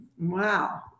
Wow